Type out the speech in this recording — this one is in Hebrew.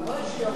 על מה שיבוא?